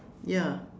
ya